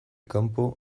kanpo